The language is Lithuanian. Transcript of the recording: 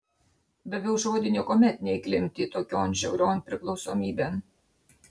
daviau žodį niekuomet neįklimpti tokion žiaurion priklausomybėn